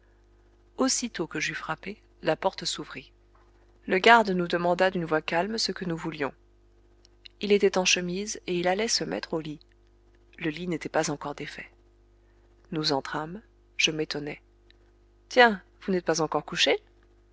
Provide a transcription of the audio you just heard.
aussitôt que j'eus frappé la porte s'ouvrit le garde nous demanda d'une voix calme ce que nous voulions il était en chemise et il allait se mettre au lit le lit n'était pas encore défait nous entrâmes je m'étonnai tiens vous n'êtes pas encore couché